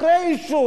אחרי אישור,